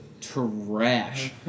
trash